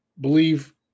believe